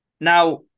now